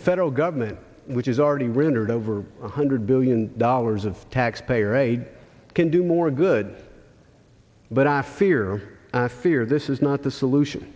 the federal government which is already rendered over one hundred billion dollars of taxpayer aid can do more good but i fear i fear this is not the solution